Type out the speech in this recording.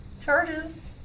charges